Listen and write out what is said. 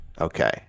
Okay